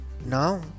now